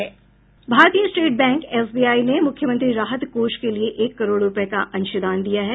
भारतीय state bank SBI ने मुख्यमंत्री राहत कोष के लिये एक करोड़ रुपये का अंशदान दिया है